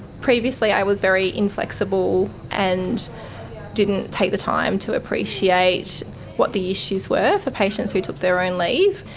previously i was very inflexible and didn't take the time to appreciate what the issues were for patients who took their own leave.